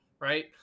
right